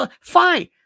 fine